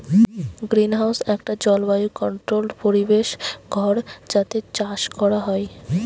greenhouse একটা জলবায়ু controlled পরিবেশ ঘর যাতে চাষ কোরা হয়